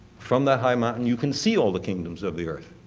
from that high mountain you can see all the kingdoms of the earth.